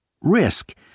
Risk